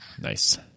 Nice